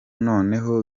noneho